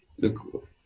Look